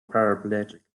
paraplegic